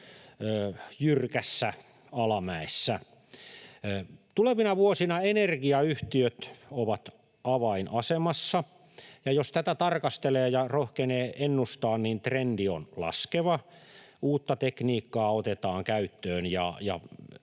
jyrkässä alamäessä. Tulevina vuosina energiayhtiöt ovat avainasemassa. Ja jos tätä tarkastelee ja rohkenee ennustaa, niin trendi on laskeva, uutta tekniikkaa otetaan käyttöön, ja